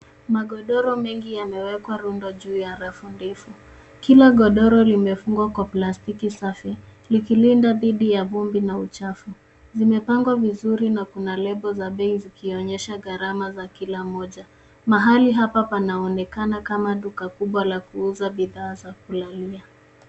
Magodoro mengi yamewekwa rundo juu ya rafu ndefu. Kila godoro limefungwa kwa plastiki safi ikilinda dhidi ya vumbi na uchafu. Imepangwa vizuri na kuna lebo za bei zikionyesha garama ya kila moja. Mahali hapa panaonekana kama duka kubwa la kuuza bidhaa za familia.